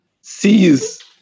sees